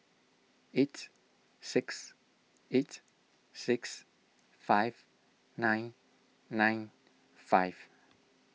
eight six eight six five nine nine five